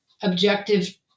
objective